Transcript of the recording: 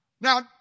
Now